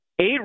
eight